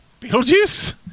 Beetlejuice